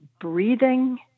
breathing